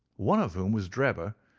one of whom was drebber,